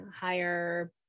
higher